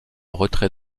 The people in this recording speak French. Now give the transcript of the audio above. retrait